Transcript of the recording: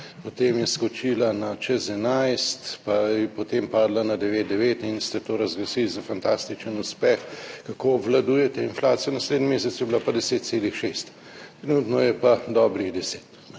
Potem je skočila čez 11, pa je potem padla na 9,9 % in ste to razglasili za fantastičen uspeh, kako obvladujete inflacijo. Naslednji mesec je bila pa 10,6 %. Trenutno je pa dobrih 10